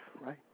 right